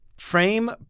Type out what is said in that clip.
Frame